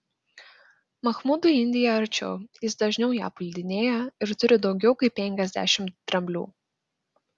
mahmudui indija arčiau jis dažniau ją puldinėja ir turi daugiau kaip penkiasdešimt dramblių